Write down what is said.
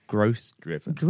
Growth-driven